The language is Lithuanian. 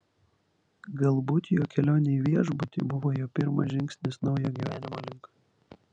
galbūt jo kelionė į viešbutį buvo jo pirmas žingsnis naujo gyvenimo link